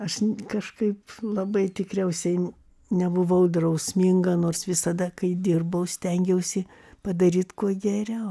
aš kažkaip labai tikriausiai nebuvau drausminga nors visada kai dirbau stengiausi padaryt kuo geriau